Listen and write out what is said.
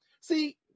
See